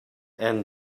and